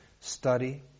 study